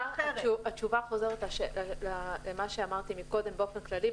התשובה חוזרת למה שאמרתי מקודם באופן כללי,